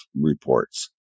reports